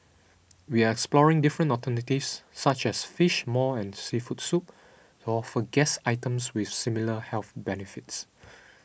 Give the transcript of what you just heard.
we are exploring different alternatives such as Fish Maw and seafood soup to offer guests items with similar health benefits